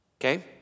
okay